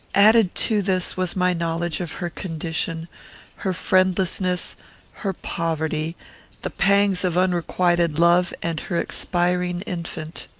added to this, was my knowledge of her condition her friendlessness her poverty the pangs of unrequited love and her expiring infant.